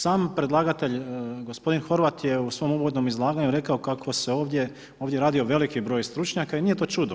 Sam predlagatelj, gospodin Horvat je u svom uvodnom izlaganju rekao kako se ovdje radi veliki broj stručnjaka i nije to čudo.